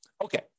Okay